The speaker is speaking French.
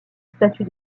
statue